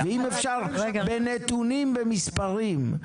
ואם אפשר בנתונים, במספרים.